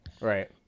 Right